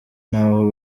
n’aho